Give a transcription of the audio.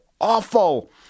awful